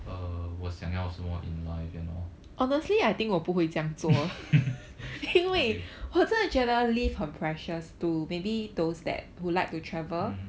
uh 我想要什么 in life you know okay mmhmm